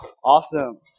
Awesome